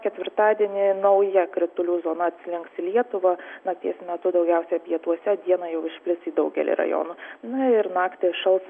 ketvirtadienį nauja kritulių zona atslinks į lietuvą nakties metu daugiausia pietuose dieną jau išplis į daugelį rajonų na ir naktį šals